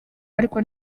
ariko